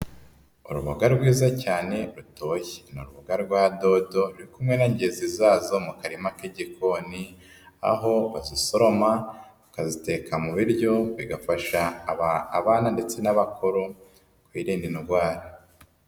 Urubuga rwiza cyane rutoshye, ni uruboga rwa dodo ruri kumwe na ngezi zazo mu karima k'igikoni, aho bazisoroma bakaziteka mu biryo bigafasha abana ndetse n'abakuru kwirinda indwara.